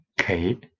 okay